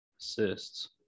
assists